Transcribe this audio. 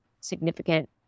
significant